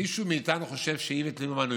מישהו מאיתנו חושב שאיווט ליברמן הוא